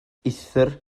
uthr